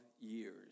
years